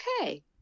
Okay